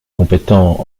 compétent